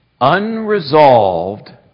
unresolved